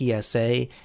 PSA